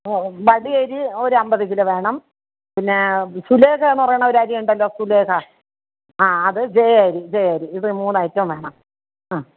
ആ വടി അരി ഒരു അമ്പത് കിലോ വേണം പിന്നേ സുലേഖ എന്ന് പറയുന്ന ഒരു അരിയുണ്ടല്ലോ സുലേഖ അ അത് ജയ അരി ജയ അരി മൂന്ന് ഐറ്റവും വേണം അ